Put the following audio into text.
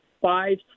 five